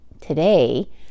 Today